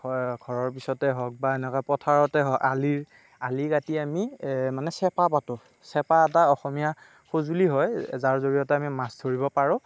ঘৰৰ পিছতে হওক বা এনেকুৱা পথাৰতে হওক আলিৰ আলি কাটি আমি চেপা পাতোঁ চেপা এটা অসমীয়া সঁজুলি হয় যাৰ জৰিয়তে আমি মাছ ধৰিব পাৰোঁ